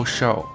Show